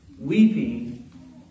weeping